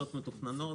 מתוכננות.